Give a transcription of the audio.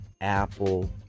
Apple